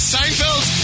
Seinfeld